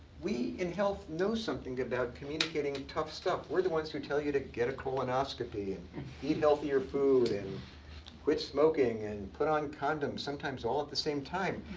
we in health know something about communicating tough stuff. we're the ones who tell you to get a colonoscopy, and eat healthier food, and quit smoking, and put on condoms. sometimes all at the same time.